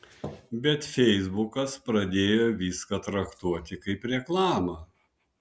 bet feisbukas pradėjo viską traktuoti kaip reklamą